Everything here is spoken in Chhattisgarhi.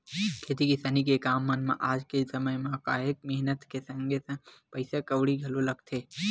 खेती किसानी के काम मन म आज के समे म काहेक मेहनत के संगे संग पइसा कउड़ी घलो लगथे